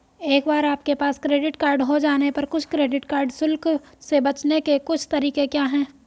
एक बार आपके पास क्रेडिट कार्ड हो जाने पर कुछ क्रेडिट कार्ड शुल्क से बचने के कुछ तरीके क्या हैं?